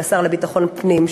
השר לביטחון פנים,